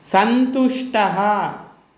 सन्तुष्टः